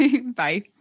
Bye